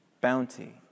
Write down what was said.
bounty